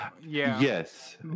Yes